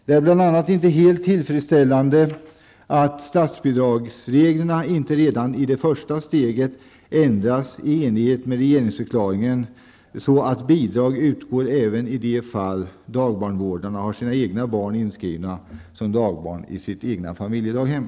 Det är bl.a. inte helt tillfredsställande att statsbidragsreglerna inte redan i det första steget ändras i enlighet med regeringsförklaringen så att bidrag utgår även i de fall dagbarnvårdarna har sina egna barn inskrivna som dagbarn i sitt eget familjedaghem.